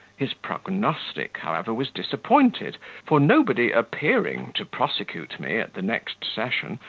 his prognostic, however, was disappointed for nobody appearing to prosecute me at the next session,